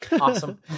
Awesome